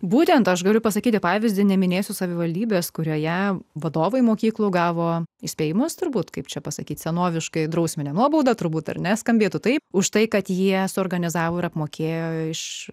būtent aš galiu pasakyti pavyzdį neminėsiu savivaldybės kurioje vadovai mokyklų gavo įspėjimus turbūt kaip čia pasakyti senoviškai drausminę nuobaudą turbūt ar ne skambėtų taip už tai kad jie suorganizavo ir apmokėjo iš